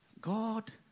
God